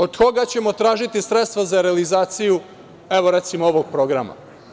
Od koga ćemo tražiti sredstva za realizaciju, evo, recimo ovog programa?